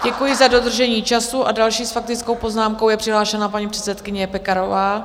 Děkuji za dodržení času a další s faktickou poznámkou je přihlášena paní předsedkyně Pekarová.